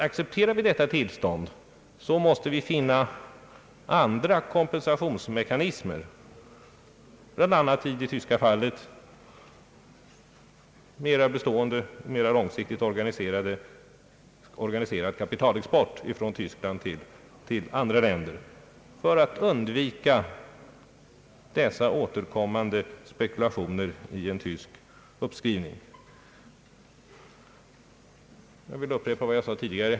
Accepterar vi detta tillstånd måste vi finna andra kompensationsmekanismer, bl.a. som i det tyska fallet mera bestående och mera långsiktigt organiserad kapitalexport från Tyskland till andra länder för att undvika dessa återkommande spekulationer i tysk uppskrivning. Jag vill upprepa vad jag sade tidigare.